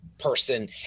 person